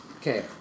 okay